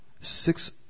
six